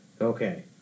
Okay